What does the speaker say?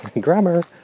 grammar